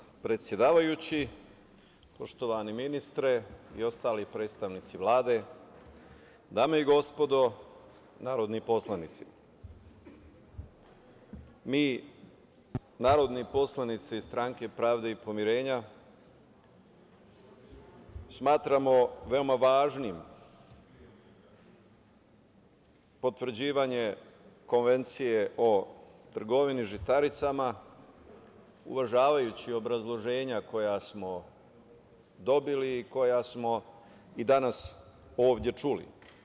Poštovani predsedavajući, poštovani ministre i ostali predstavnici Vlade, dame i gospodo narodni poslanici, mi narodni poslanici SPP smatramo veoma važnim potvrđivanje Konvencije o trgovini žitaricama, uvažavajući obrazloženja koja smo dobili i koja smo i danas ovde čuli.